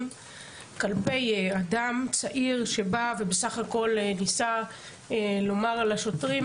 כלפי אדם צעיר שבא ובסך הכול ניסה לומר לשוטרים,